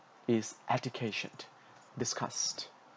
is education discussed